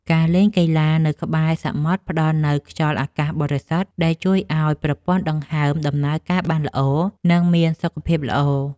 ការលេងកីឡានៅក្បែរសមុទ្រផ្ដល់នូវ ខ្យល់អាកាសបរិសុទ្ធ ដែលជួយឱ្យប្រព័ន្ធដង្ហើមដំណើរការបានល្អ និងមានសុខភាពល្អ។